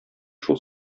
шул